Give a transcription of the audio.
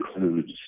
includes